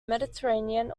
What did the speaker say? mediterranean